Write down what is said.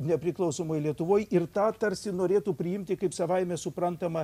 nepriklausomoj lietuvoj ir tą tarsi norėtų priimti kaip savaime suprantamą